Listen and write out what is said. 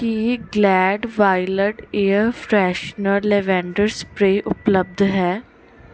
ਕੀ Glade wild air freshener lavender spray ਉਪਲਬਧ ਹੈ